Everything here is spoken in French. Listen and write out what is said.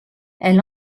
elle